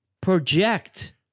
Project